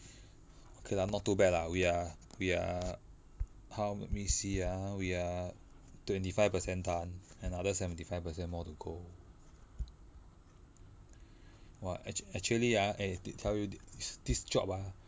okay lah not too bad lah we are we are how let me see ah we are twenty five percent done another seventy five percent more to go !wah! actua~ actually ah eh t~ tell you the this this job ah